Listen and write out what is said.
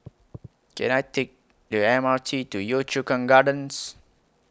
Can I Take The M R T to Yio Chu Kang Gardens